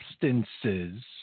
substances